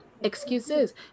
excuses